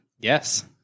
Yes